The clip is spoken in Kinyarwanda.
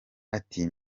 ati